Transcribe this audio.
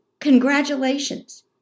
Congratulations